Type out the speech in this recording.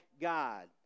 God